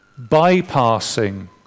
bypassing